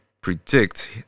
predict